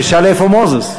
תשאל איפה מוזס.